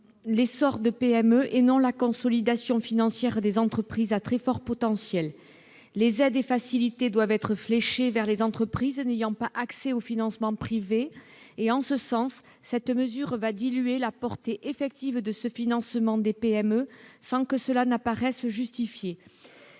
l'essor de PME et non la consolidation financière des entreprises à très fort potentiel. Les aides et facilités doivent être fléchées vers les entreprises n'ayant pas accès au financement privé, et, en ce sens, cette mesure diluera la portée effective de ce financement des PME sans que cela paraisse justifié.